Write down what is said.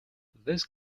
this